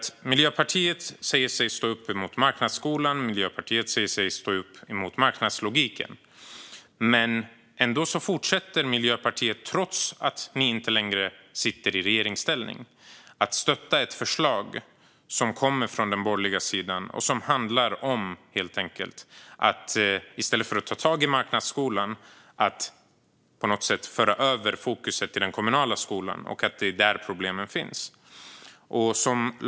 Miljöpartiet säger sig stå upp mot marknadsskolan, och Miljöpartiet säger sig stå upp mot marknadslogiken. Men trots att Miljöpartiet inte längre sitter i regeringen fortsätter man att stötta ett förslag som kommer från den borgerliga sidan och som helt enkelt handlar om att, i stället för att ta tag i marknadsskolan, föra över fokus till den kommunala skolan och att det är där som problemen finns.